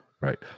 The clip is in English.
right